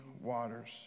waters